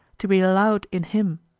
to be allowed in him.